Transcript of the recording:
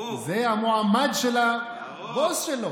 זה המועמד של הבוס שלו